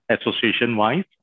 association-wise